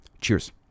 Cheers